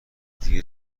دیگه